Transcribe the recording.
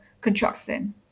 construction